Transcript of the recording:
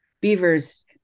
beavers